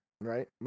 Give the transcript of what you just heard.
Right